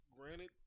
granted